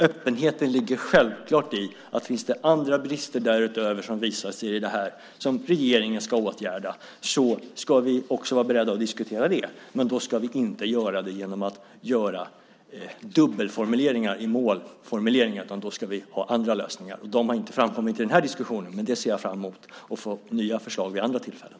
Öppenheten ligger självklart i att om det visar sig att det därutöver finns andra brister som regeringen ska åtgärda ska vi vara beredda att diskutera det. Men då ska vi inte göra det genom att ha dubbelformuleringar i målformuleringen, utan då ska vi ha andra lösningar. Sådana har inte framkommit i den här diskussionen, men jag ser fram mot att få nya förslag vid andra tillfällen.